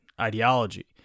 ideology